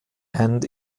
and